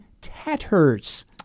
tatters